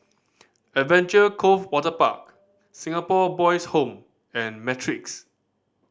Adventure Cove Waterpark Singapore Boys Home and Matrix